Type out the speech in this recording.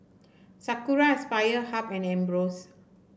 Sakura Aspire Hub and Ambros